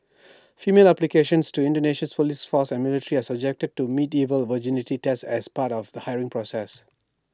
female applicants to Indonesia's Police force and military are subjected to medieval virginity tests as part of the hiring process